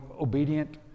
obedient